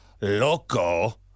loco